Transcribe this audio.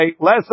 less